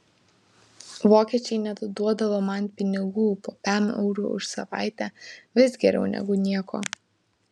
vokiečiai net duodavo man pinigų po pem eurų už savaitę vis geriau negu nieko